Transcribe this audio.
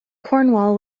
cornwall